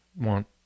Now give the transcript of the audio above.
want